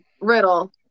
Riddle